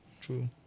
true